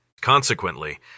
Consequently